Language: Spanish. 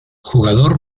jugador